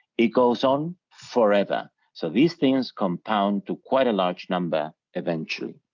it goes on forever, so these things compound to quite a large number eventually.